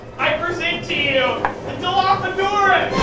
i present to you the dilophosaurus,